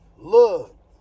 Look